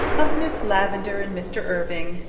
of miss lavendar and mr. irving,